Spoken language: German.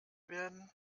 werden